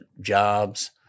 jobs